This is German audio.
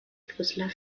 brüsseler